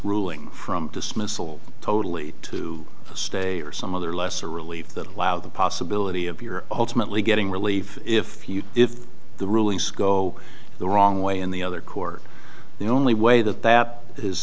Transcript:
ruling from dismissal totally to state or some other lesser relief that allow the possibility of your ultimately getting relief if you if the rulings go the wrong way in the other court the only way that that is